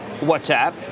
WhatsApp